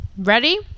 Ready